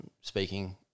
speaking